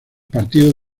partidos